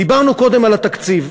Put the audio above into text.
דיברנו קודם על התקציב.